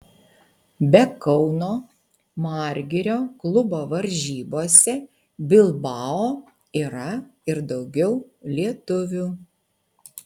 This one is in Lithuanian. be kauno margirio klubo varžybose bilbao yra ir daugiau lietuvių